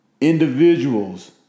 individuals